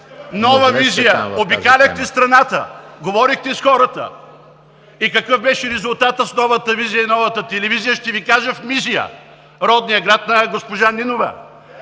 нова визия, обикаляхте страната, говорихте с хората. И какъв беше резултатът с новата визия и с новата телевизия? Ще Ви кажа. В Мизия, родният град на госпожа Нинова,